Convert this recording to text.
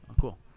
Cool